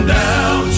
down